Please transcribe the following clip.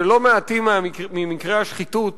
שלא מעטים ממקרי השחיתות